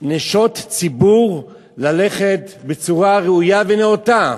נשות ציבור ללכת בצורה ראויה ונאותה.